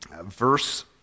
verse